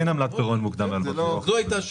אין עמלת פירעון מוקדם --- זו הייתה השאלה.